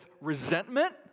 resentment